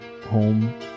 Home